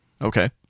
Okay